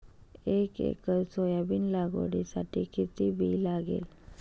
एक acre soybean लागवडीसाठी किती बी लागेल?